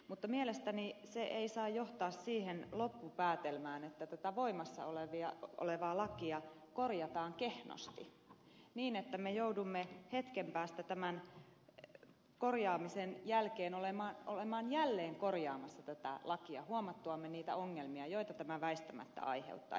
mutta mielestäni se ei saa johtaa siihen loppupäätelmään että tätä voimassa olevaa lakia korjataan kehnosti niin että me joudumme hetken päästä tämän korjaamisen jälkeen olemaan jälleen korjaamassa tätä lakia huomattuamme niitä ongelmia joita tämä väistämättä aiheuttaa